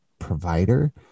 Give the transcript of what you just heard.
provider